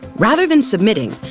rather than submitting,